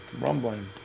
rumbling